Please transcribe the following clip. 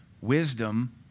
wisdom